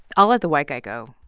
i'll let the white guy go